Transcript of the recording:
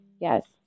Yes